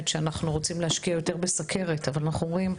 שאנחנו רוצים להשקיע יותר בסוכרת אבל אנחנו אומרים,